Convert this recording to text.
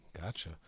Gotcha